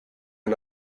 and